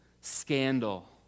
scandal